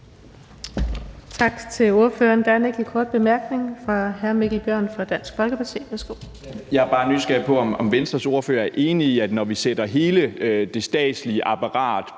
Tak til ordføreren. Der er en enkelt kort bemærkning fra hr. Mikkel Bjørn fra Dansk Folkeparti. Værsgo. Kl. 10:31 Mikkel Bjørn (DF): Jeg er bare nysgerrig på, om Venstres ordfører er enig i, at når vi sætter hele det statslige apparat